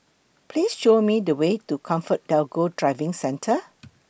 Please Show Me The Way to ComfortDelGro Driving Centre